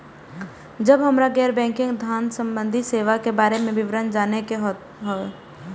जब हमरा गैर बैंकिंग धान संबंधी सेवा के बारे में विवरण जानय के होय?